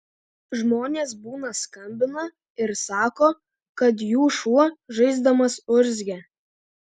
žmonės būna skambina ir sako kad jų šuo žaisdamas urzgia